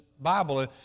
Bible